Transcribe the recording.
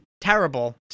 terrible